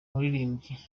muririmbyi